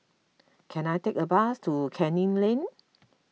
can I take a bus to Canning Lane